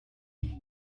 you